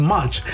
March